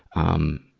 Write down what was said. um,